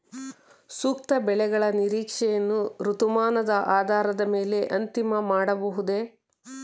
ಸೂಕ್ತ ಬೆಳೆಗಳ ನಿರೀಕ್ಷೆಯನ್ನು ಋತುಮಾನದ ಆಧಾರದ ಮೇಲೆ ಅಂತಿಮ ಮಾಡಬಹುದೇ?